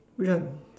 which one